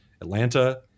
Atlanta